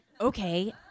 Okay